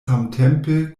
samtempe